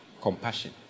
Compassion